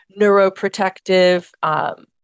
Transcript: neuroprotective